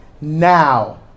now